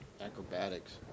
Acrobatics